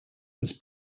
was